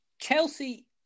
Chelsea